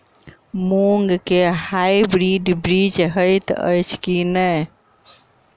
मूँग केँ हाइब्रिड बीज हएत अछि की नै?